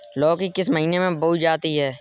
लौकी किस महीने में बोई जाती है?